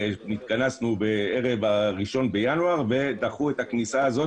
התכנסנו בערב הראשון בינואר ודחו את הכניסה הזו